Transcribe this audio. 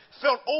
felt